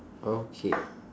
okay